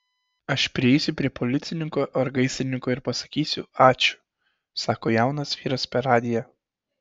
aš prieisiu prie policininko ar gaisrininko ir pasakysiu ačiū sako jaunas vyras per radiją